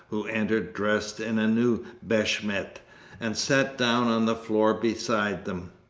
who entered dressed in a new beshmet and sat down on the floor beside them.